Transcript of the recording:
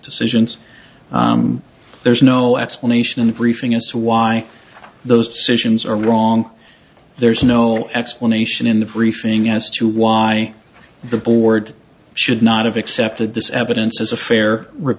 decisions there's no explanation in the briefing us why those decisions are wrong there's no explanation in the briefing as to why the board should not have accepted this evidence as a fair r